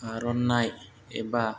आर'नाय एबा